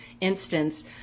instance